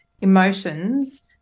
emotions